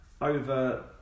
over